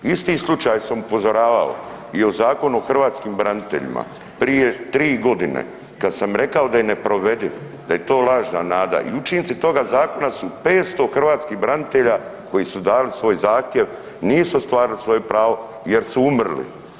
Isti slučaj sam upozoravao i u Zakonu o hrvatskim braniteljima prije 3.g. kad sam rekao da je neprovediv, da je to lažna nada i učinci toga zakona su 500 hrvatskih branitelja koji su dali svoj zahtjev nisu ostvarili svoje pravo jer su umrli.